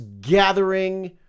gathering